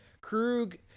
Krug